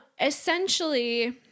essentially